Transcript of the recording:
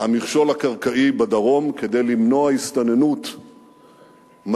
המכשול הקרקעי בדרום כדי למנוע הסתננות מסיבית